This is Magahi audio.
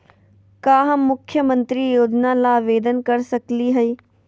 का हम मुख्यमंत्री योजना ला आवेदन कर सकली हई?